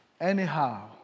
anyhow